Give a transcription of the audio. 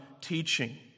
teaching